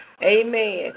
Amen